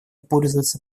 пользуются